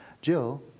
Jill